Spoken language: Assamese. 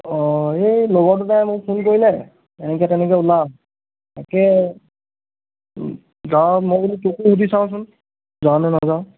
অঁ এই লগৰ দুটাই মোক ফোন কৰিলে এনেকৈ তেনেকৈ ওলা তাকে যা মই বোলো তোকো সুধি চাওঁচোন যাৱ নে নাযাৱ